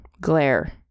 glare